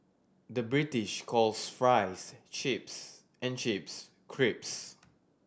the British calls fries chips and chips creeps